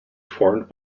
formed